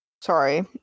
Sorry